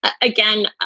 again